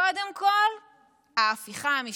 קודם כול ההפיכה המשטרית,